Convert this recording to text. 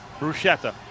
Bruschetta